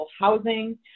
housing